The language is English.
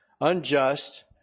unjust